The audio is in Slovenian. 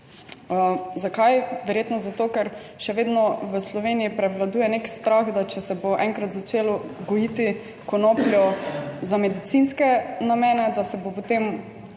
Zakaj? Verjetno zato, ker še vedno v Sloveniji prevladuje nek strah, da, če se bo enkrat začelo gojiti konopljo za medicinske namene, da se bo potem